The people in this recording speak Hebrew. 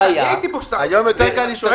היה --- היום יותר קל להם להסתדר,